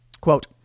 Quote